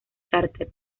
chárter